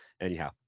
anyhow